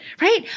right